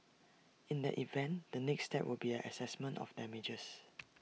in that event the next step will be the Assessment of damages